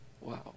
Wow